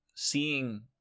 seeing